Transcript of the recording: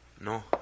No